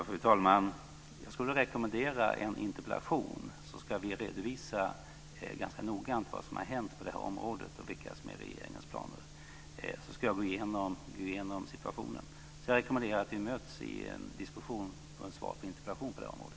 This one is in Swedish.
Fru talman! Jag skulle rekommendera en interpellation, så ska vi redovisa ganska noggrant vad som har hänt på det här området och vilka som är regeringens planer. Jag ska då gå igenom situationen. Jag rekommenderar att vi möts i en diskussion runt ett svar på en interpellation på det här området.